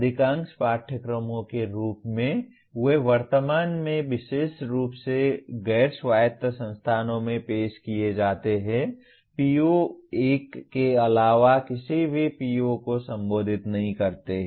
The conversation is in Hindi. अधिकांश पाठ्यक्रमों के रूप में वे वर्तमान में विशेष रूप से गैर स्वायत्त संस्थानों में पेश किए जाते हैं PO 1 के अलावा किसी भी PO को संबोधित नहीं करते हैं